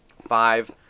Five